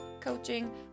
coaching